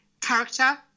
character